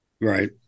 Right